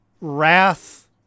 Wrath